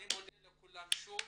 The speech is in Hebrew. אני מודה לכולם שוב.